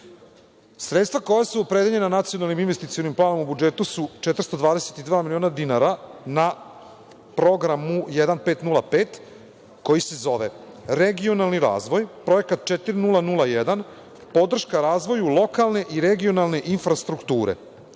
Sredstva koja su opredeljena Nacionalnim investicionim planom u budžetu su 422 miliona dinara na programu 1505, koji se zove Regionalni razvoj, Projekat 4001 - Podrška razvoju lokalne i regionalne infrastrukture.